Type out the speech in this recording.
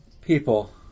People